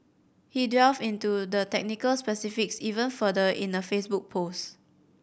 he delved into the technical specifics even further in a Facebook post